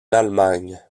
allemagne